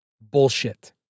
bullshit